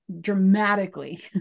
dramatically